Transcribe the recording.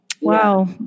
wow